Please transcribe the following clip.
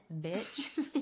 bitch